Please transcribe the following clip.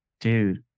Dude